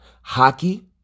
hockey